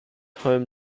home